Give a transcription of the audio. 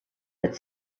but